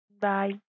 Bye